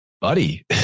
buddy